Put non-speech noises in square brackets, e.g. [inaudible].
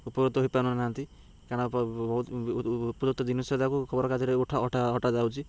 ଉପକୃତ ହୋଇପାରୁନାହାନ୍ତି କାରଣ ବହୁତ ଉପକୃତ ଜିନିଷ ଯାକୁ ଖବର କାଗଜରେ ଉଠା [unintelligible] ଯାଉଛି